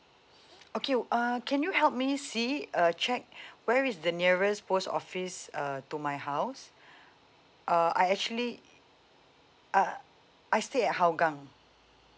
okay uh can you help me see uh check where is the nearest post office uh to my house uh I actually uh I stay at hougang